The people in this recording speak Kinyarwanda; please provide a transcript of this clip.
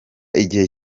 igihe